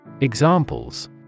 Examples